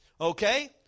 Okay